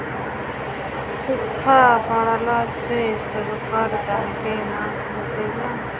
सुखा पड़ला से सबकर धान के नाश हो गईल